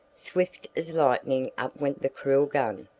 swift as lightning up went the cruel gun,